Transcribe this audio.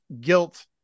guilt